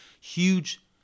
huge